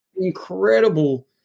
incredible